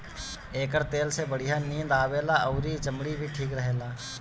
एकर तेल से बढ़िया नींद आवेला अउरी चमड़ी भी ठीक रहेला